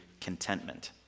contentment